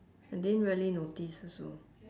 I didn't really notice also